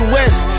West